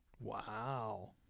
Wow